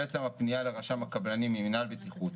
על עצם הפניה לרשם הקבלנים ממנהל הבטיחות.